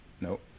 Nope